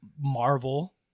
Marvel